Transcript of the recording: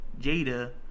Jada